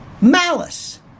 malice